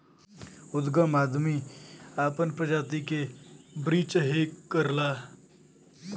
उदगम आदमी आपन प्रजाति के बीच्रहे के करला